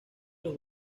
los